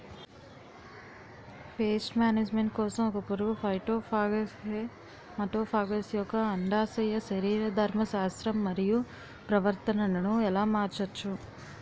Paste management కోసం ఒక పురుగు ఫైటోఫాగస్హె మటోఫాగస్ యెక్క అండాశయ శరీరధర్మ శాస్త్రం మరియు ప్రవర్తనను ఎలా మార్చచ్చు?